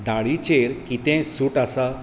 दाळींचेर कितें सूट आसा